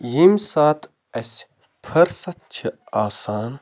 ییٚمۍ ساتہٕ اَسہِ فٕرسَت چھِ آسان